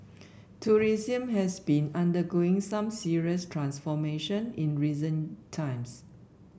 tourism has been undergoing some serious transformation in recent times